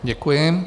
Děkuji.